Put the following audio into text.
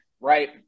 right